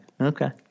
Okay